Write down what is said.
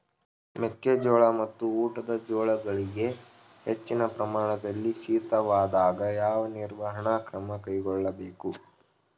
ಮೆಕ್ಕೆ ಜೋಳ ಮತ್ತು ಊಟದ ಜೋಳಗಳಿಗೆ ಹೆಚ್ಚಿನ ಪ್ರಮಾಣದಲ್ಲಿ ಶೀತವಾದಾಗ, ಯಾವ ನಿರ್ವಹಣಾ ಕ್ರಮ ಕೈಗೊಳ್ಳಬೇಕು?